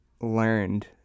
learned